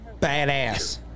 badass